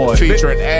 featuring